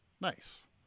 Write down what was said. Nice